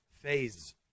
phase